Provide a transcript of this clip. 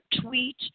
tweet